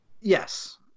Yes